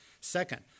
Second